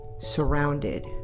surrounded